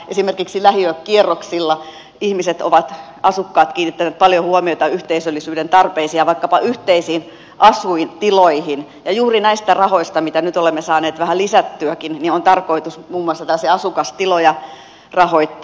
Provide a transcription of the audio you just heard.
esimerkiksi lähiökierroksilla asukkaat ovat kiinnittäneet paljon huomiota yhteisöllisyyden tarpeisiin ja vaikkapa yhteisiin asuintiloihin ja juuri näistä rahoista mitä nyt olemme saaneet vähän lisättyäkin on tarkoitus muun muassa tällaisia asukastiloja rahoittaa